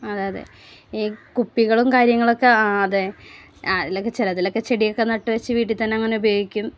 അതെയതെ ഈ കുപ്പികളും കാര്യങ്ങളൊക്കെ ആ അതെ ആ അതിലൊക്കെ ചിലതിലൊക്കെ ചെടിയെക്കെ നട്ടുവെച്ച് വീട്ടിൽ തന്നെ അങ്ങനെ ഉപയോഗിക്കും